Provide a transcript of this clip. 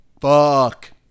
fuck